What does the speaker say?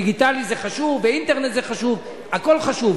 דיגיטלי זה חשוב ואינטרנט זה חשוב, הכול חשוב.